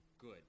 Good